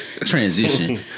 transition